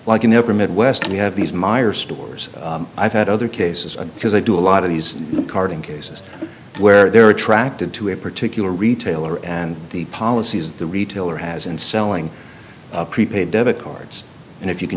like in the upper midwest and you have these meyer stores i've had other cases because i do a lot of these carting cases where they're attracted to a particular retailer and the policies the retailer has in selling prepaid debit cards and if you can